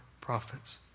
prophets